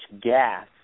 gas